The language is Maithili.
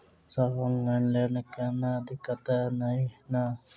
सर ऑनलाइन लैल कोनो दिक्कत न ई नै?